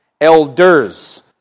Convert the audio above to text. elders